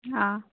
ꯑꯥ